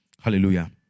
Hallelujah